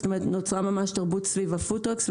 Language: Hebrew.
כלומר נוצרה ממש תרבות סביב הפוד-טראקס.